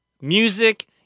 music